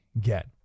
get